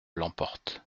l’emporte